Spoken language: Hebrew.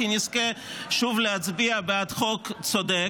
כי נזכה שוב להצביע בעד חוק צודק.